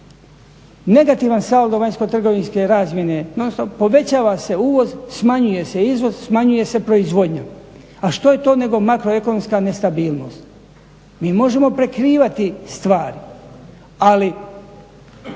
negativan saldo vanjskotrgovinske razmjene non-stop, povećava se uvoz, smanjuje se izvoz, smanjuje se proizvodnja. A što je to nego makroekonomska nestabilnost? Mi možemo prikrivati stvari ali